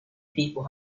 people